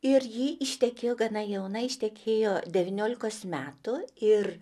ir ji ištekėjo gana jauna ištekėjo devyniolikos metų ir